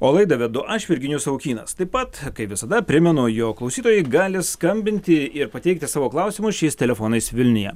o laidą vedu aš virginijus savukynas taip pat kaip visada primenu jog klausytojai gali skambinti ir pateikti savo klausimus šiais telefonais vilniuje